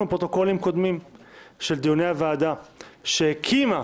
בפרוטוקולים קודמים של דיוני הוועדה שהקימה